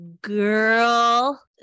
Girl